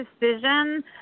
decision